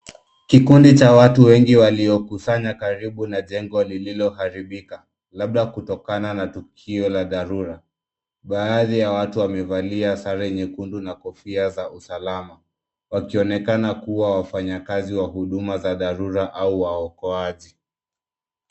Kikundi cha watu wengi waliokusanya karibu na jengo lililoharibika labda kutokana na tukio la dharura. Baadhi ya watu wamevalia sare nyekundu na kofia za usalama wakionekana kuwa wafanyakazi wa huduma za dharura au waokoaji.